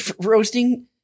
roasting